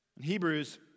Hebrews